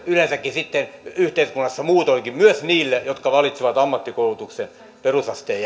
yleensäkin sitten yhteiskunnassa muutoinkin myös niille jotka valitsevat ammattikoulutuksen perusasteen